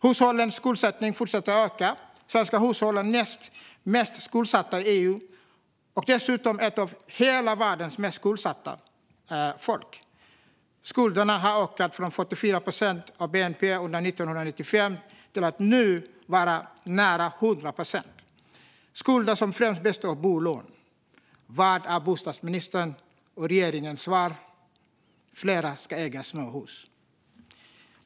Hushållens skuldsättning fortsätter att öka. Svenska hushåll är näst mest skuldsatta i EU, och svenskarna är dessutom ett av hela världens mest skuldsatta folk. Skulderna har ökat från 44 procent av bnp under 1995 till att nu vara nära 100 procent. Detta är skulder som främst består av bolån. Vad är bostadsministerns och regeringens svar? Fler ska äga småhus.